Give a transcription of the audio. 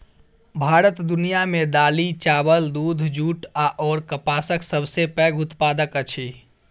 भारत दुनिया मे दालि, चाबल, दूध, जूट अऔर कपासक सबसे पैघ उत्पादक अछि